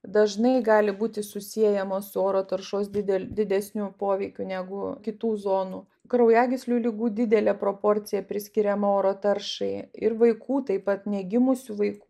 dažnai gali būti susiejamos su oro taršos didel didesniu poveikiu negu kitų zonų kraujagyslių ligų didelė proporcija priskiriama oro taršai ir vaikų taip pat negimusių vaikų